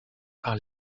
par